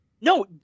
No